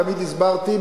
תמיד הסברתי,